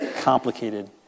Complicated